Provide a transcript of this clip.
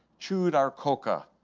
chewed our coca,